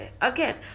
again